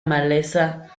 maleza